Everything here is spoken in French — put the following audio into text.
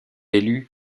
élu